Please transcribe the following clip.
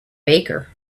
baker